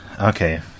okay